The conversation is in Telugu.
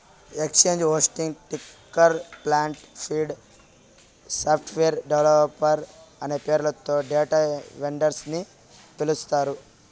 exchange hosting, ticker plant, feed, software ప్రొవైడర్లు అనే పేర్లతో డేటా వెండర్స్ ని పిలుస్తారు